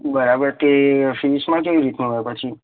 બરાબર તે ફીસમાં કઈ રીતનાં હોય પછી